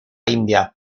india